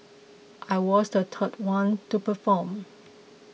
I was the third one to perform